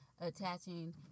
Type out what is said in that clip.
attaching